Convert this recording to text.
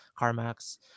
CarMax